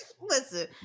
Listen